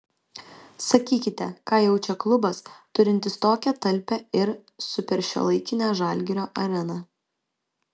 sakykite ką jaučia klubas turintis tokią talpią ir superšiuolaikinę žalgirio areną